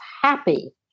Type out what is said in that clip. happy